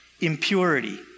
impurity